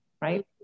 right